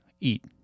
Eat